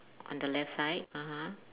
on the left side (uh huh)